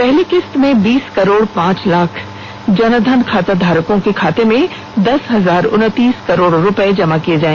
पहली किस्त में बीस करोड पांच लाख जन धन खाता धारकों के खाते में दस हजार उनतीस करोड़ रुपए जमा कराए गए